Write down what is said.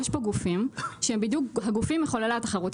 יש פה גופים שהם בדיוק הגופים מחוללי התחרות.